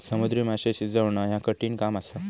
समुद्री माशे शिजवणा ह्या कठिण काम असा